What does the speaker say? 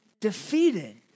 defeated